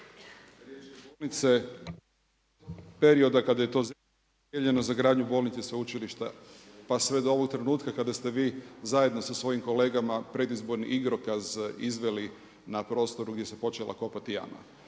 riječke bolnice od perioda kada je to zemljište dodijeljeno za gradnju bolnice sveučilišta pa sve do ovog trenutka kada ste vi zajedno sa svojim kolegama predizborni igrokaz izveli na prostoru gdje se počela kopati jama.